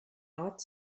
art